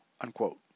unquote